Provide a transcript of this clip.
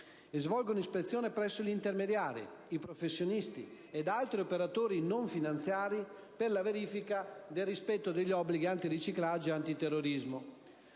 svolgono ispezioni presso gli intermediari, i professionisti e altri operatori non finanziari per la verifica del rispetto degli obblighi antiriciclaggio e antiterrorismo.